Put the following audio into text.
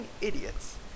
idiots